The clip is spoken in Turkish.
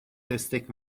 destek